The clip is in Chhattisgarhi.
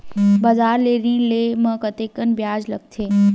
बजार ले ऋण ले म कतेकन ब्याज लगथे?